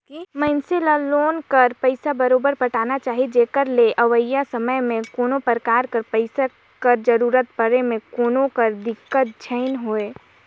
मइनसे ल लोन कर पइसा बरोबेर पटाना चाही जेकर ले अवइया समे में कोनो परकार कर पइसा कर जरूरत परे में कोनो कर दिक्कत झेइन होए